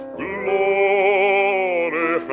glory